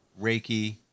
Reiki